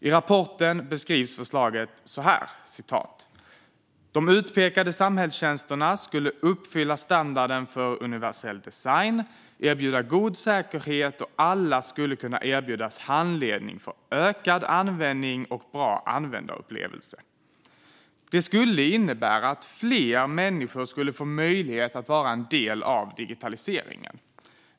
I rapporten beskrivs förslaget så här: "De utpekade samhällstjänsterna ska uppfylla standarden för universell design, erbjuda god säkerhet och alla ska kunna erbjudas handledning för ökad användning och bra användarupplevelse." Detta skulle ju innebära att fler människor fick möjlighet att vara en del av digitaliseringen.